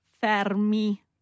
Fermi